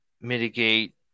mitigate